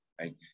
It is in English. right